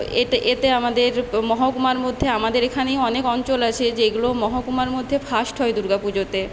এতে এতে আমাদের মহকুমার মধ্যে আমাদের এখানেই অনেক অঞ্চল আছে যেগুলো মহকুমার মধ্যে ফার্স্ট হয় দুর্গাপুজোতে